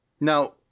Now